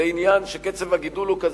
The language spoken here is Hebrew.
זה עניין שקצב הגידול הוא כזה,